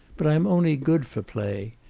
but i'm only good for play.